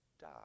die